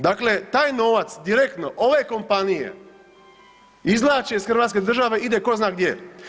Dakle, taj novac direktno ove kompanije izvlače iz hrvatske države i ide ko zna gdje.